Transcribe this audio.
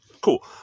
Cool